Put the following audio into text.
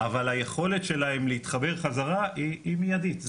אבל היכולת שלהם להתחבר חזרה היא מיידית,